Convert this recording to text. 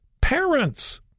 Parents